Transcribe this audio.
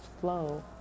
flow